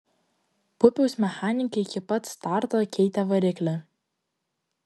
pupiaus mechanikai iki pat starto keitė variklį